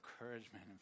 encouragement